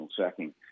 sacking